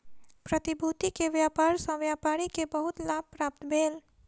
प्रतिभूति के व्यापार सॅ व्यापारी के बहुत लाभ प्राप्त भेल